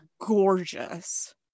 gorgeous